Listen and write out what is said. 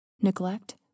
neglect